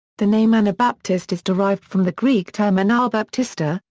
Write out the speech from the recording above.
the name anabaptist is derived from the greek term anabaptista,